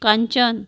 Kanchan